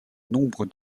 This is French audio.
nombre